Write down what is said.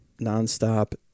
nonstop